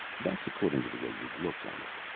that's according to the way you look at it.